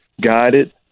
guided